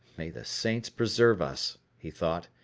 may the saints preserve us, he thought,